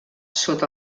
sota